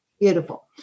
beautiful